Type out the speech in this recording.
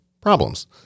problems